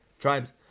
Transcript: tribes